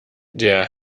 der